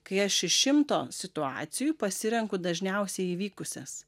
kai aš iš šimto situacijų pasirenku dažniausiai įvykusias